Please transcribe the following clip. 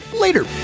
later